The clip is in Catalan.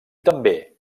també